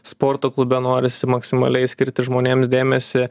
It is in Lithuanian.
sporto klube norisi maksimaliai skirti žmonėms dėmesį